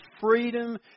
freedom